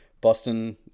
Boston